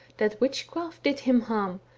that witchcraft did him harm,